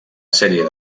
sèrie